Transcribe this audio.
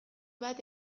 bat